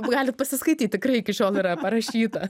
galit pasiskaityt tikrai iki šiol yra parašyta